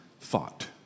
thought